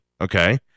okay